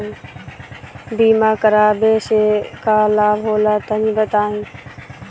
बीमा करावे से का लाभ होला तनि बताई?